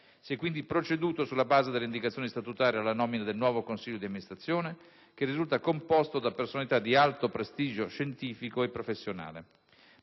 Si è quindi proceduto, sulla base delle indicazioni statutarie, alla nomina del nuovo consiglio di amministrazione, che risulta composto da personalità di alto prestigio scientifico e professionale.